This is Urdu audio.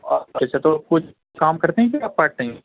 اچھا تو کچھ کام کرتے ہیں کیا آپ پارٹ ٹائم